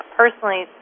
personally